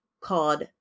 called